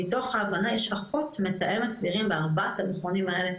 מתוך ההבנה יש אחות מתאמת צעירים בארבעת המכונים האלה,